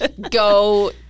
go